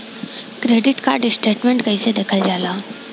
Credit card statement कइसे देखल जाला?